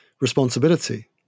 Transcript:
responsibility